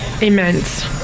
immense